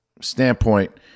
standpoint